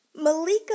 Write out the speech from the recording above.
Malika